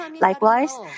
Likewise